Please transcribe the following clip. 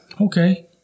okay